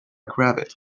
cravat